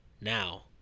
now